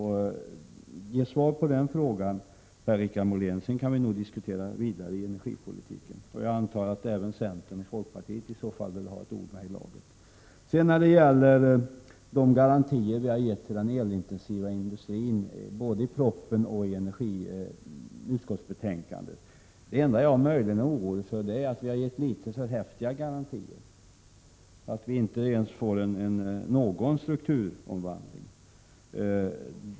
Ge ett svar på frågan, Per-Richard Molén, så kan vi diskutera vidare i energipolitiken! Jag antar att även centern och folkpartiet vill ha ett ord med i laget i så fall. När det gäller de garantier som den elintensiva industrin har fått både i propositionen och i utskottsbetänkandet är jag bara orolig för att garantierna möjligen är för häftiga och att det inte ens blir någon strukturomvandling.